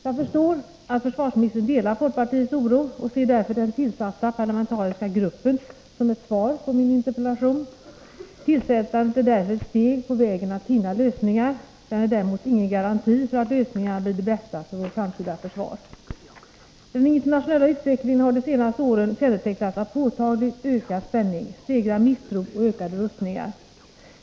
Jag förstår att försvarsministern delar folkpartiets oro och ser därför den tillsatta parlamentariska gruppen som ett svar på min interpellation. Tillsättandet är därför ett steg på vägen att finna lösningar. Den är däremot ingen garanti för att lösningarna blir de bästa för vårt framtida försvar. Den internationella utvecklingen har de senaste åren kännetecknats av påtagligt ökad spänning, stegrad misstro och ökade rustningar.